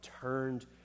turned